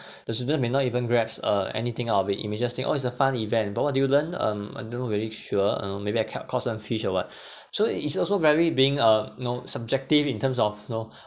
the student may not even grasp uh anything out of it they may just think oh is a fun event but what did you learn um I'm not very sure mm maybe I catcalls on fish or what so it it's also very being uh you know subjective in terms of know